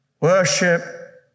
Worship